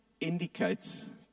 indicates